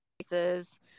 cases